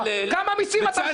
כמה מסים אתה משלם?